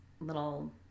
little